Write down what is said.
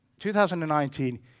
2019